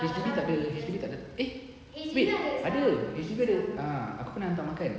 H_D_B tak ada H_D_B tak ada eh wait ada H_D_B ada ah aku pernah hantar makan